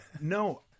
no